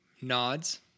nods